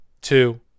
two